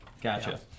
Gotcha